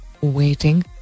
waiting